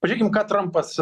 pažiūrėkim ką trampas